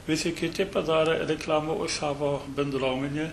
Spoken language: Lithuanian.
visi kiti darė reklamą už savo bendruomenę